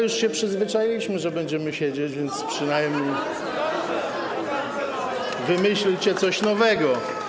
Już się przyzwyczailiśmy, że będziemy siedzieć, więc przynajmniej wymyślcie coś nowego.